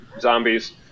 zombies